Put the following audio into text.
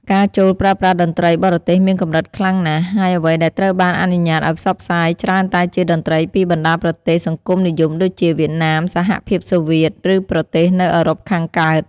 ការចូលប្រើប្រាស់តន្ត្រីបរទេសមានកម្រិតខ្លាំងណាស់ ហើយអ្វីដែលត្រូវបានអនុញ្ញាតឱ្យផ្សព្វផ្សាយច្រើនតែជាតន្ត្រីពីបណ្ដាប្រទេសសង្គមនិយមដូចជា វៀតណាម សហភាពសូវៀត ឬប្រទេសនៅអឺរ៉ុបខាងកើត។